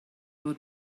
rhag